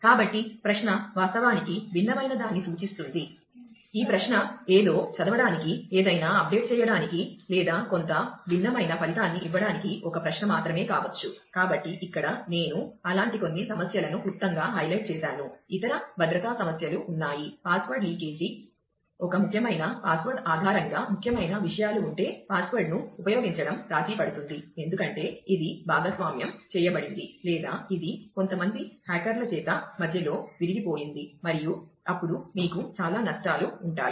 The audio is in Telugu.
కాబట్టి ప్రశ్న వాస్తవానికి భిన్నమైనదాన్ని సూచిస్తుంది ఈ ప్రశ్న ఏదో చదవడానికి ఏదైనా అప్డేట్ చేత మధ్యలో విరిగిపోతుంది మరియు అప్పుడు మీకు చాలా నష్టాలు ఉంటాయి